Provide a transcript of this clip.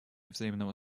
взаимного